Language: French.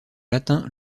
latin